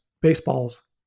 baseball's